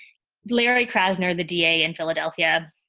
larry krassner, the d a. in philadelphia,